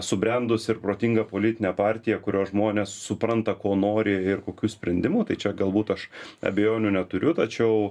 subrendusi ir protinga politinė partija kurios žmonės supranta ko nori ir kokių sprendimų tai čia galbūt aš abejonių neturiu tačiau